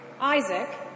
Isaac